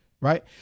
Right